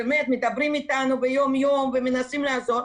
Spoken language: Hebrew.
מדברים איתנו ביום-יום ומנסים לעזור,